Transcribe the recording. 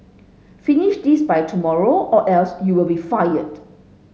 finish this by tomorrow or else you'll be fired